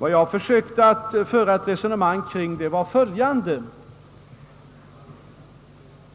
Vad jag försökte föra ett resonemang kring var följande: